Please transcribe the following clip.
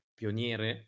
pioniere